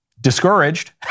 discouraged